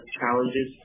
challenges